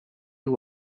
you